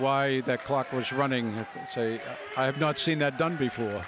why that clock was running and say i have not seen that done before